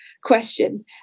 question